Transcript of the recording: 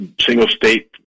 single-state